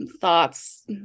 thoughts